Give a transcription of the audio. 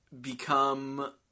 become